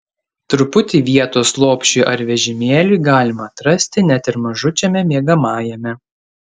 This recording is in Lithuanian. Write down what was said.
truputį vietos lopšiui ar vežimėliui galima atrasti net ir mažučiame miegamajame